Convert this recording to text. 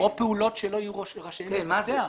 מה זה?